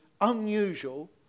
unusual